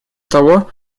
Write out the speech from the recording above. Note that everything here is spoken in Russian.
того